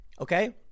Okay